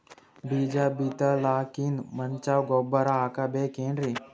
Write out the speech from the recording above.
ಬೀಜ ಬಿತಲಾಕಿನ್ ಮುಂಚ ಗೊಬ್ಬರ ಹಾಕಬೇಕ್ ಏನ್ರೀ?